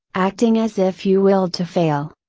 acting as if you willed to fail.